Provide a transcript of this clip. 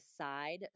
side